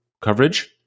coverage